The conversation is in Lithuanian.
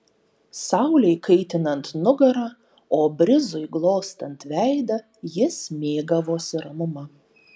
saulei kaitinant nugarą o brizui glostant veidą jis mėgavosi ramuma